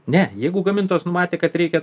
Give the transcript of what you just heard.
ne jeigu gamintojas numatė kad reikia